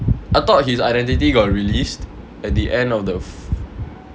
I thought his identity got released at the end of the